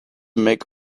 make